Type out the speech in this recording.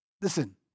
Listen